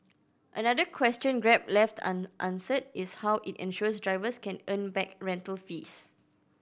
another question Grab left unanswered is how it ensures drivers can earn back rental fees